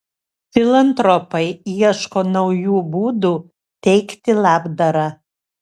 filantropai ieško naujų būdų teikti labdarą